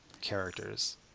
Characters